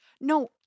No